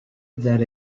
that